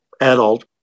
adult